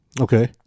Okay